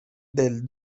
del